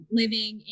living